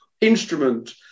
instrument